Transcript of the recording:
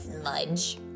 smudge